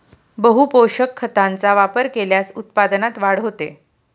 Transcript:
बहुपोषक खतांचा वापर केल्यास उत्पादनात वाढ होते